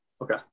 Okay